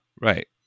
right